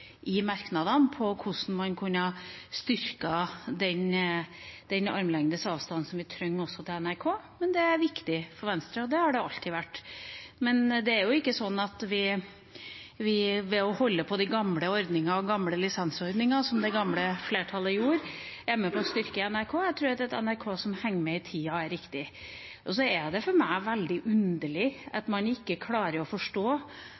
i merknadene om hvordan man kunne styrket den armlengdes avstanden som vi trenger også til NRK, men det er viktig for Venstre, og det har det alltid vært. Men det er ikke sånn at å holde på de gamle ordningene og den gamle lisensordningen, som det gamle flertallet gjorde, er med på å styrke NRK. Jeg tror at et NRK som henger med i tida, er riktig. Det er for meg veldig underlig at man ikke klarer å forstå